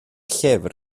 llyfr